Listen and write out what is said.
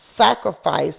sacrifice